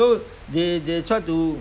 so they they try to